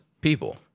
people